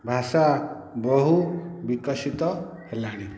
ଭାଷା ବହୁ ବିକଶିତ ହେଲାଣି